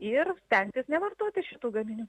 ir stengtis nevartoti šitų gaminių